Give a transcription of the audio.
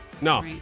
No